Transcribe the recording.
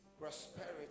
Prosperity